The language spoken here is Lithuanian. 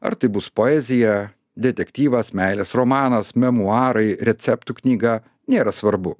ar tai bus poezija detektyvas meilės romanas memuarai receptų knyga nėra svarbu